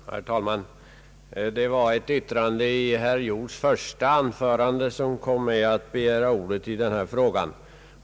Herr talman! Det var ett uttalande i herr Hjorths första anförande som kom mig att begära ordet i denna fråga.